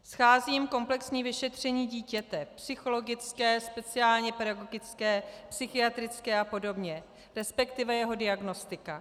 Schází jim komplexní vyšetření dítěte psychologické, speciálně pedagogické, psychiatrické a podobně, resp. jeho diagnostika.